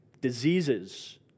diseases